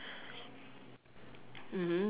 mmhmm